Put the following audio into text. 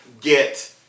get